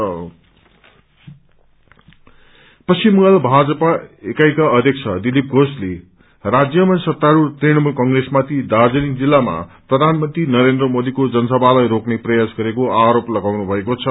BJP Paschim Bangal Bhajpa एकाईका अध्यक्ष दिलीप घोषले राज्यमा सत्तास्रढ़ तृणमूल कंग्रेसमाथि दार्जीलिङ जिल्लामा प्रधानमंत्री नरेन्द्र मोदीको जनसभलाई रोक्ने प्रयास गरेको आरोप लगाउनु भएको छ